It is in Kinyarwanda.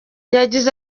yagize